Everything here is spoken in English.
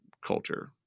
culture